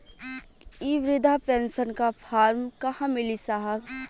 इ बृधा पेनसन का फर्म कहाँ मिली साहब?